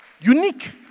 Unique